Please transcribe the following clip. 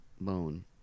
bone